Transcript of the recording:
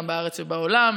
גם בארץ וגם בעולם.